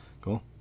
cool